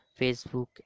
Facebook